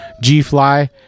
G-Fly